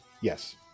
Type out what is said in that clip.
yes